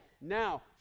now